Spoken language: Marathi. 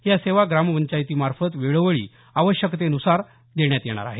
या सेवा ग्रामपंचायतीमार्फत वेळोवेळी आवश्यकतेनुसार देण्यात येणार आहेत